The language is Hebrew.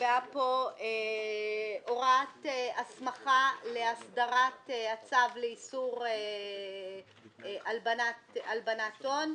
נקבעה בחוק איסור הלבנת הון הוראת הסמכה להסדרת הצו לאיסור הלבנת הון.